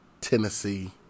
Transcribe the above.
Tennessee